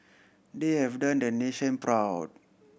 they have done the nation proud